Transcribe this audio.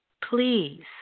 please